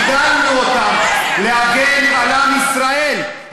גידלנו אותם להגן על עם ישראל.